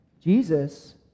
Jesus